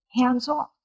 Hands-off